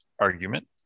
argument